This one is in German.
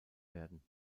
werden